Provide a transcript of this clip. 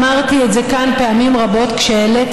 אמרתי את זה כאן פעמים רבות כשהעליתי